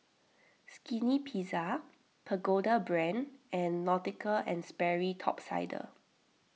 Skinny Pizza Pagoda Brand and Nautica and Sperry Top Sider